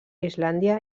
islàndia